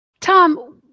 Tom